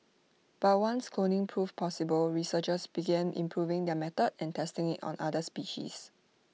but once cloning proved possible researchers began improving their method and testing IT on other species